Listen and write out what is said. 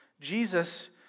Jesus